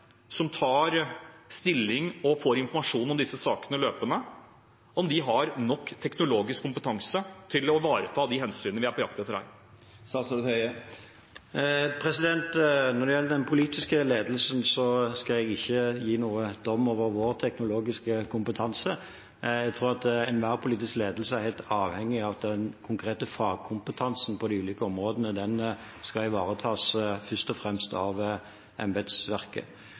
som tar stilling og får informasjon om disse sakene løpende, har nok teknologisk kompetanse til å ivareta de hensynene vi er på jakt etter her? Når det gjelder den politiske ledelsen, skal jeg ikke gi noen dom over vår teknologiske kompetanse. Jeg tror at enhver politisk ledelse er helt avhengig av at den konkrete fagkompetansen på de ulike områdene først og fremst skal ivaretas av embetsverket. Som sagt har vi gjort én grunnleggende viktig endring, og